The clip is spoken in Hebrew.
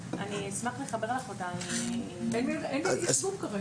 והיא קובעת ומנציחה את הדמויות האלה גם באמצעות חוק,